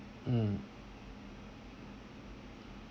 mm